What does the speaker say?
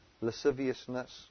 lasciviousness